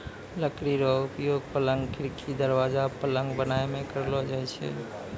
लकड़ी रो उपयोगक, पलंग, खिड़की, दरबाजा, पलंग बनाय मे करलो जाय छै